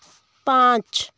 पाँच